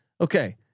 okay